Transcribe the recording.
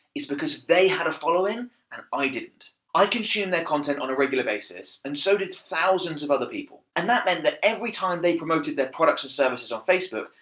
is because they had a following and i didn't. i consumed their content on a regular basis, and so did thousands of other people. and that meant that every time they promoted their products or services on facebook,